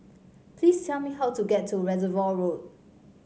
please tell me how to get to Reservoir Road